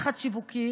לחץ שיווקי